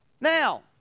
Now